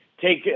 take